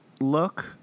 look